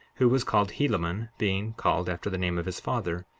who was called helaman, being called after the name of his father.